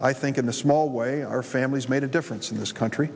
i think in the small way our families made a difference in this country